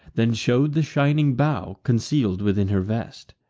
then shew'd the shining bough, conceal'd within her vest.